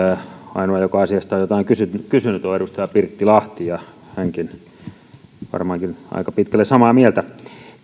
ainoa joka asiasta on jotain kysynyt kysynyt on edustaja pirttilahti ja hänkin on varmaankin aika pitkälle samaa mieltä